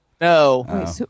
No